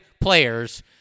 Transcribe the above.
players